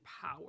power